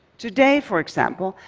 today, for example,